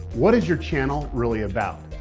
what is your channel really about?